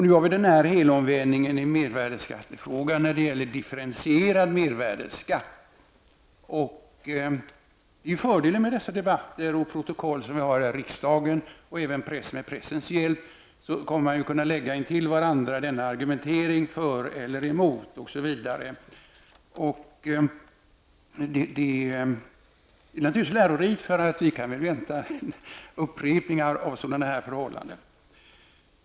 Nu har man gjort en helomvändning när det gäller frågan om en differentierad mervärdeskatt. Fördelen med dessa debatter och protokoll från dem, som vi har här i riksdagen, är att man med hjälp av dem och med pressens hjälp kommer att kunna lägga intill varandra argumenteringen för och argumenteringen emot. Det är naturligtvis lärorikt -- vi kan väl vänta upprepningar av detta.